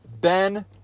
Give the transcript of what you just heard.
Ben